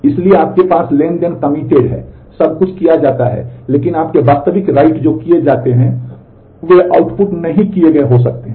इसलिए आपके पास ट्रांज़ैक्शन कमिटेड जो किए जाते हैं वे आउटपुट नहीं किए गए हो सकते हैं